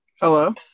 Hello